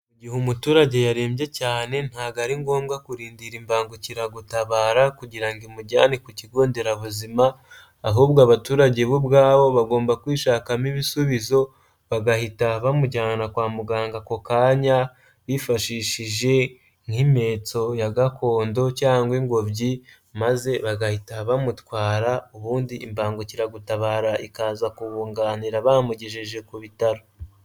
Igihe umuturage yarembye cyane ntago ari ngombwa kurindira imbangukiragutabara kugira imujyane ku kigonderabuzima, ahubwo abaturage bo ubwabo bagomba kwishakamo ibisubizo bagahita bamujyana kwa muganga ako kanya bifashishije nk'impetso ya gakondo cyangwa ingobyi maze bagahita bamutwara ubundi imbangukiragutabara ikaza kubunganira bamugejeje ku bitaro.